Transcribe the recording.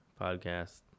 podcast